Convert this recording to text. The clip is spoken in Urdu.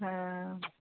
ہاں